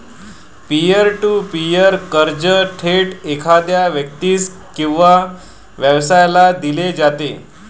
pier to peer कर्ज थेट एखाद्या व्यक्तीस किंवा व्यवसायाला दिले जाते